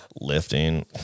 lifting